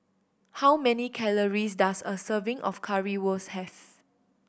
how many calories does a serving of Currywurst have